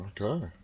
Okay